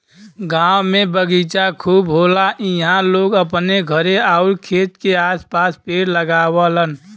गांव में बगीचा खूब होला इहां लोग अपने घरे आउर खेत के आस पास पेड़ लगावलन